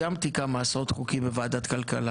קיימתי כמה עשרות חוקים בוועדת כלכלה